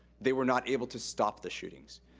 they were not able to stop the shootings.